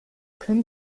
können